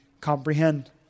comprehend